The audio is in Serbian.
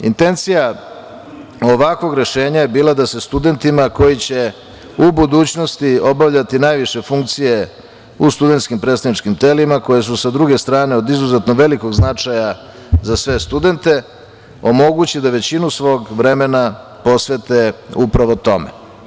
Intencija ovakvog rešenja je bila da se studentima koji će u budućnosti obavljati najviše funkcije u studentskim predstavničkim telima koja su sa druge strane od izuzetno velikog značaja za sve studente omogućeno da većinu svog vremena posvete upravo tome.